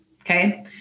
Okay